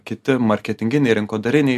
kiti marketinginiai rinkodariniai